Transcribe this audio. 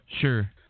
Sure